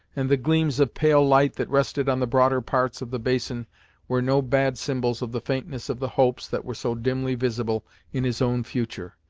and the gleams of pale light that rested on the broader parts of the basin were no bad symbols of the faintness of the hopes that were so dimly visible in his own future.